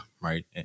right